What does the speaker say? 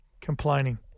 complaining